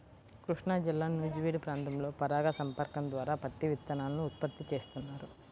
కృష్ణాజిల్లా నూజివీడు ప్రాంతంలో పరాగ సంపర్కం ద్వారా పత్తి విత్తనాలను ఉత్పత్తి చేస్తున్నారు